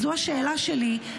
זאת השאלה שלי: